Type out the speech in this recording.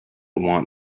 want